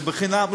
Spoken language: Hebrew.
זה בחינם.